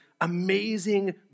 amazing